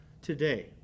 today